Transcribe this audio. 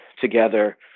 together